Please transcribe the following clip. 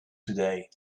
today